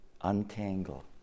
untangle